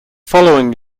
following